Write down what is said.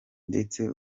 ndetse